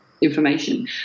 information